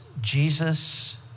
Jesus